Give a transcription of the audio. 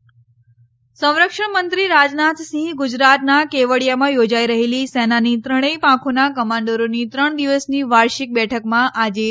commanders પરીષદ સંરક્ષણ મંત્રી રાજનાથસિંહ ગુજરાતના કેવડિયામાં યોજાઈ રહેલી સેનાની ત્રણેય પાંખોના કમાન્ડરોની ત્રણ દિવસની વાર્ષિક બેઠકમાં આજે